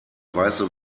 weiße